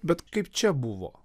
bet kaip čia buvo